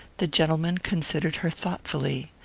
the gentleman considered her thoughtfully.